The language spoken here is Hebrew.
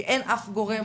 כי אין אף גורם.